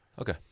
Okay